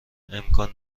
امکان